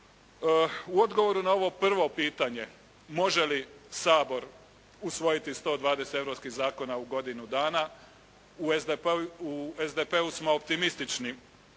U odgovoru na ovo prvo pitanje može li Sabor usvojiti 120 europskih zakona u godinu dana? U SDP-u smo optimistični.